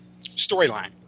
storyline